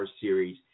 series